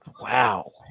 Wow